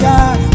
God